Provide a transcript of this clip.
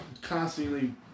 constantly